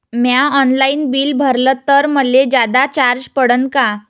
म्या online bill भरलं तर मले जादा चार्ज पडन का?